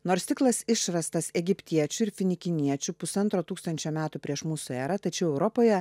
nors stiklas išrastas egiptiečių ir finikiečių pusantro tūkstančio metų prieš mūsų erą tačiau europoje